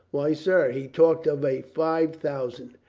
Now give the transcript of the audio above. why, sir, he talked of a five thousand.